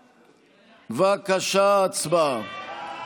בבקשה, הצבעה.